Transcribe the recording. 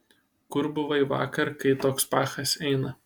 kur buvai vakar kai toks pachas eina